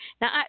Now